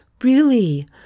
Really